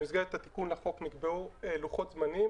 במסגרת התיקון לחוק, נקבעו לוחות זמנים